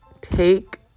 take